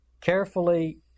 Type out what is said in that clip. carefully